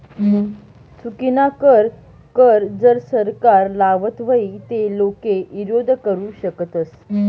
चुकीनाकर कर जर सरकार लावत व्हई ते लोके ईरोध करु शकतस